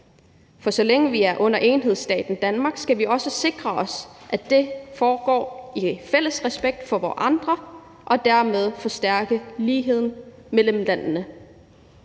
For så længe vi er under enhedsstaten Danmark, skal vi også sikre os, at det foregår i fælles respekt for hverandre, og dermed forstærke ligheden mellem landene.